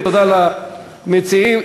תודה למציעים.